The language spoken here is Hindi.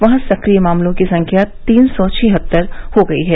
वहां सक्रिय मामलों की संख्या तीन सौ छिहत्तर हो गई है